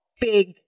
big